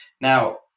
Now